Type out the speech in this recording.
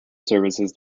services